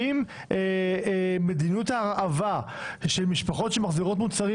האם מדיניות ההרעבה של משפחות שמחזירות מוצרים